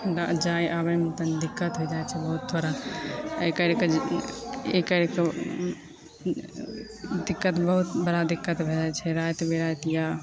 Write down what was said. जाइ आबैमे तनी दिक्कत होइ जाइत छै बहुत थोड़ा एहि कारण एहि कारण जे ई करिके ओ दिक्कत बहुत बड़ा दिक्कत भए जाइत छै राति बिराति या